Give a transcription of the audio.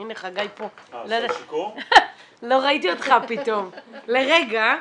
--- הנה חגי פה, לא ראיתי אותך פתאום לרגע.